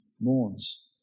mourns